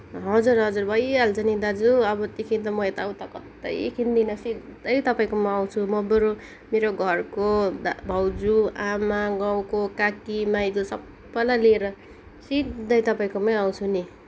हजुर हजुर भइहाल्छ नि दाजु अबदेखि त म यताउता कत्तै किन्दिनँ सिधै तपाईँकोमा आउँछु म बरु मेरो घरको भाउजू आमा गाउँको काकी माइजू सबैलाई लिएर सिधै तपाईँकोमै आउँछु नि